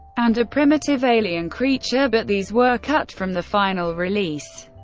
and a primitive alien creature, but these were cut from the final release.